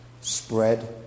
spread